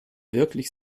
wirklich